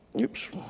Oops